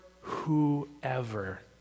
whoever